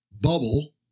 bubble